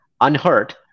unhurt